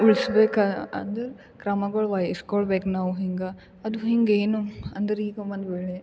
ಉಳಿಸ್ಬೇಕಾ ಅಂದರೆ ಕ್ರಮಗಳು ವಹಿಸ್ಕೋಳ್ಬೇಕ್ ನಾವು ಹಿಂಗೆ ಅದು ಹಿಂಗೆ ಏನು ಅಂದರೆ ಈಗ ಒಂದು ವೇಳೆ